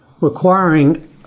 requiring